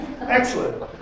Excellent